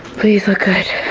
please look good,